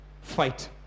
fight